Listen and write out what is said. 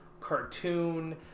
cartoon